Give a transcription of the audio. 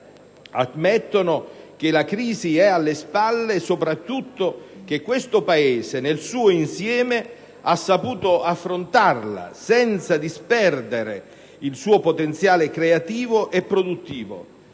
ammettono che la crisi è alle spalle e, soprattutto, che questo Paese nel suo insieme ha saputo affrontarla senza disperdere il suo potenziale creativo e produttivo,